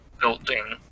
building